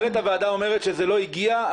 אם מנהלת הוועדה אומרת שהם לא הגיעו,